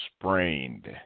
sprained